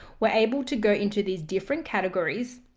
we're able to go into these different categories.